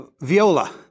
viola